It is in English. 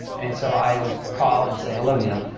and so, i would call and say, hello, neil,